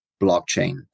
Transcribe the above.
blockchain